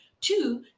two